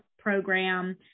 program